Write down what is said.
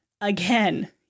Again